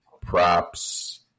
props